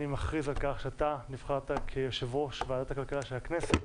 אני מכריז על כך שאתה נבחרת כיושב-ראש ועדת הכלכלה של הכנסת.